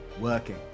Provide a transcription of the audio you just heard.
working